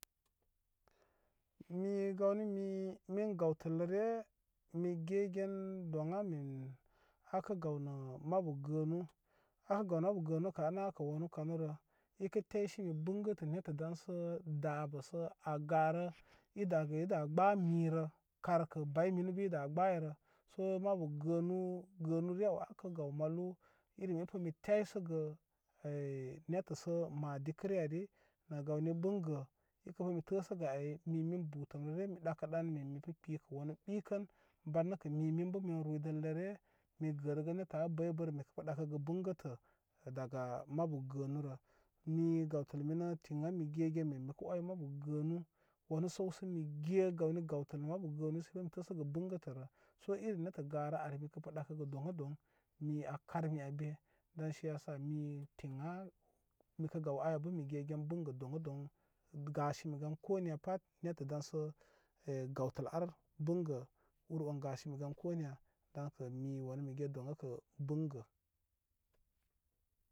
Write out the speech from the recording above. Mi gawni mi mun gawtəlrəre mi gegen deŋ a men akə gawni mabu gənu. Apə gawnə mabu gənu kə andi kə wanu kawrə ikə təyse be bəngəl nə nettə ɗaŋsə dabəsə a garə i dage dagə gbəmi rə karkə bayi minu bə i da gbəy rə so mabu gənu gənu re aw akə gaw malu irem mi taysəgə nettəsə ma dikəre aniri na gawni bəŋgə pəmi təsəgə ani mi min butəmrəre mi ɗakə ɗan min mikə kpikə wani ɓikəl ban nəkə mi min bə min ruydəl rəre mi gərəgən nettə a bəybərə mipə ɗakəga bən gəntə daga mabu gənu rə mi gawtəl minə tiŋa mi gegen min mikə oy mabu gənu wanə səwsə mi ge gawtəl mabu gənu sə i təsəga ga bəŋgətəra, so ire nettə garə ani aiipə ɗakəgə doŋ a doŋ nu a kar imi an be daŋ si ya sa nu tinə mikə gaw aya bə mi gegən baŋ gə don a gasi mu gan ko ni ya pat nettə dənsə e gawtəl ar bəŋgə ur wan gansiu gan komiya dabə mi mige doŋ a kə bəngə.